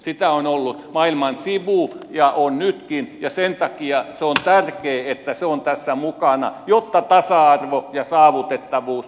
sitä on ollut maailma sivu ja on nytkin ja sen takia on tärkeää että se on tässä mukana jotta tasa arvo ja saavutettavuus toteutuisivat